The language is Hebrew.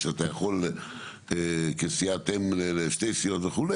שאתה יכול כסיעת אם לשתי סיעות וכו',